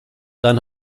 dann